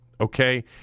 okay